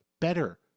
Better